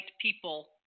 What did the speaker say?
people